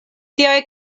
tiaj